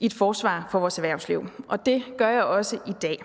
i et forsvar for vores erhvervsliv, og det gør jeg også i dag.